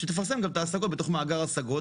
שתפרסם גם את ההשגות בתוך מאגר השגות.